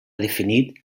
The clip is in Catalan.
definit